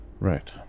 Right